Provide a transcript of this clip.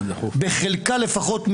בחלקה לפחות,